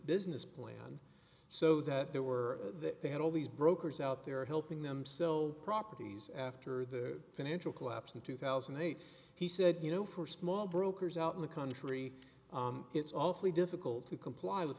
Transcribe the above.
business plan so that there were that they had all these brokers out there helping them sell properties after the financial collapse in two thousand and eight he said you know for small brokers out in the country it's also difficult to comply with